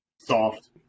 Soft